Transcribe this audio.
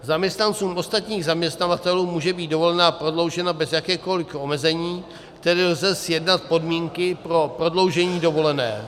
Zaměstnancům ostatních zaměstnavatelů může být dovolená prodloužena bez jakéhokoliv omezení, tedy lze sjednat podmínky pro prodloužení dovolené.